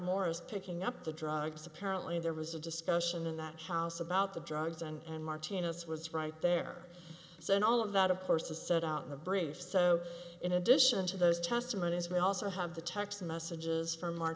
morris picking up the drugs apparently there was a discussion in that house about the drugs and martinez was right there so all of that of course is set out in the brief so in addition to those testimonies we also have the text messages from